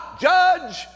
judge